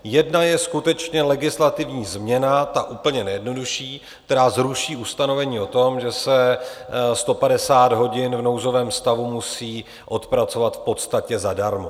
Jedno je skutečně legislativní změna, ta úplně nejjednodušší, která zruší ustanovení o tom, že se 150 hodin v nouzovém stavu musí odpracovat v podstatě zadarmo.